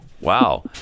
Wow